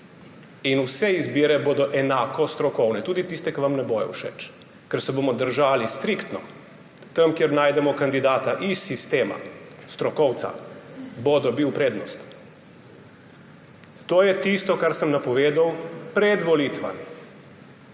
in vse izbire bodo enako strokovne, tudi tiste, ki vam ne bodo všeč, ker se bomo striktno držali, da tam, kjer najdemo kandidata iz sistema, strokovca, bo dobil prednost. To je tisto, kar sem napovedal pred volitvami.